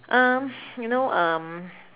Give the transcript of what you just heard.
um you know um